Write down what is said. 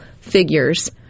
figures